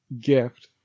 gift